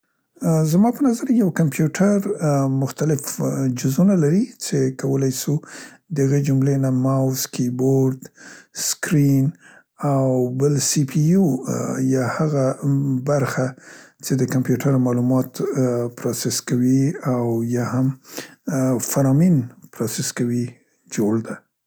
زما په نظر یو کمپیوټر مختلف جزونه لري څې کولای سو د هغې جملې نه موس، کیبورد، سکرین او بل سي پي او یا هغه برخه څې د کمپیوټر معلومات پروسس کوي او یا هم فرامین پروسس کوي، جوړ ده.